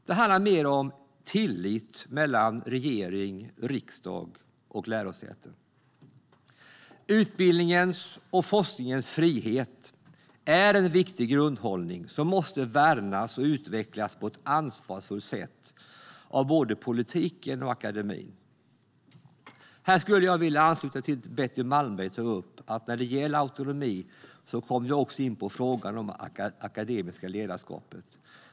Det handlar mer om tillit mellan regering, riksdag och lärosäten. Utbildningens och forskningens frihet är en viktig grundhållning som måste värnas och utvecklas på ett ansvarsfullt sätt av både politiken och akademin. Här skulle jag vilja ansluta till det Betty Malmberg sa. Autonomi för oss också in på frågan om det akademiska ledarskapet.